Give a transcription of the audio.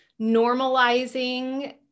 normalizing